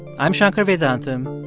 i'm shankar vedantam,